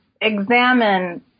examine